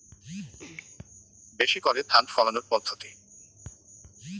বেশি করে ধান ফলানোর পদ্ধতি?